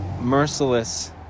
merciless